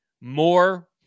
more